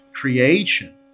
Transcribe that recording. creation